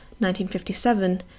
1957